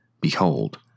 Behold